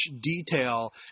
detail